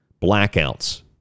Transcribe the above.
blackouts